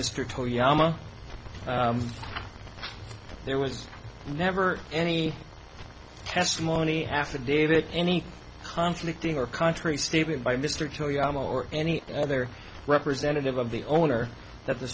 toyama there was never any testimony affidavit any conflict in your country statement by mr toyama or any other representative of the owner that the